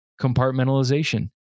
compartmentalization